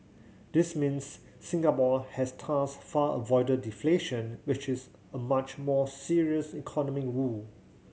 this means Singapore has thus far avoided deflation which is a much more serious economic woe